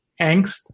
Angst